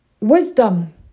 Wisdom